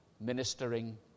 ministering